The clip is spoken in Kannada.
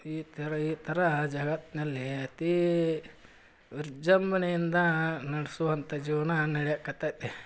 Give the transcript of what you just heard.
ಈ ಥರ ಈ ಥರ ಜಗತ್ತಿನಲ್ಲಿ ಅತಿ ವಿಜೃಂಭಣೆಯಿಂದ ನಡೆಸುವಂಥ ಜೀವನ ನಡೆಯಕತ್ತೈತೆ